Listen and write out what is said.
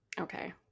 Okay